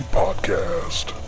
podcast